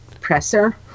presser